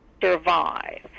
survive